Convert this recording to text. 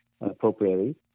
appropriately